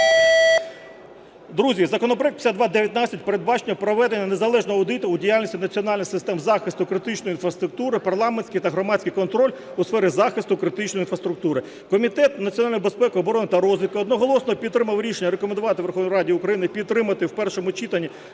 Друзі, законопроектом 5219 передбачено проведення незалежного аудиту у діяльності національних систем захисту критичної інфраструктури, парламентський та громадський контроль у сфері захисту критичної інфраструктури. Комітет національної безпеки, оборони та розвідки одноголосно підтримав рішення рекомендувати Верховній Раді України підтримати в першому читанні